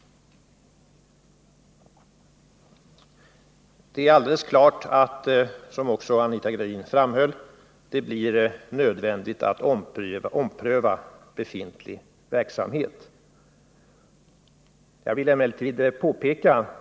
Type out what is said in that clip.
Det är alldeles klart, som Anita Gradin också framhöll, att det blir nödvändigt att ompröva befintlig verksamhet.